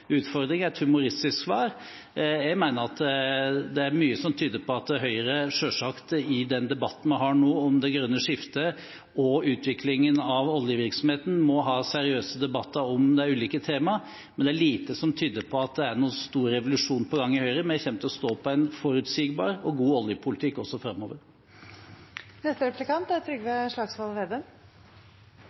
et humoristisk svar. Jeg mener det er mye som tyder på at Høyre i debatten vi har nå om det grønne skiftet og utviklingen av oljevirksomheten, selvsagt må ha seriøse debatter om de ulike tema, men det er lite som tyder på at det er noen stor revolusjon på gang i Høyre. Vi kommer til å stå på en forutsigbar og god oljepolitikk også framover.